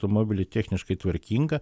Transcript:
automobilį techniškai tvarkingą